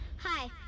Hi